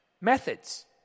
methods